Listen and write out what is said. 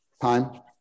Time